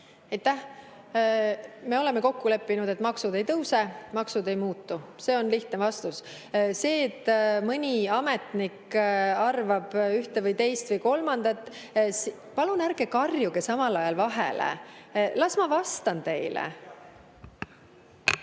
Me oleme kokku leppinud, et maksud ei tõuse, maksud ei muutu. See on lihtne vastus. See, et mõni ametnik arvab ühte või teist või kolmandat ... Palun ärge karjuge vahele, las ma vastan teile.